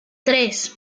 tres